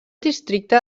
districte